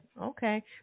Okay